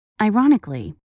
Ironically